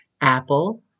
Apple